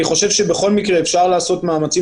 אני חושב שבכל מקרה אפשר לעשות מאמצים